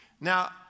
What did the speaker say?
Now